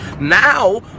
now